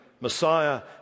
Messiah